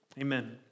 Amen